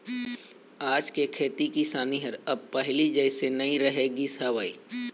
आज के खेती किसानी ह अब पहिली जइसे नइ रहिगे हवय